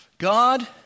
God